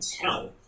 tell